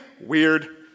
Weird